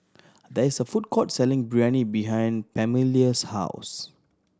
there is a food court selling Biryani behind Pamelia's house